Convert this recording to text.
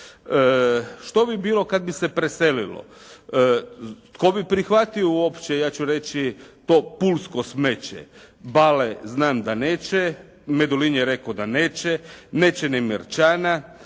Što bi bilo kad bi se preselilo? Tko bi prihvatio uopće ja ću reći to pulsko smeće? Bale znam da neće. Medulin je rekao da neće. Neće ni Marčana,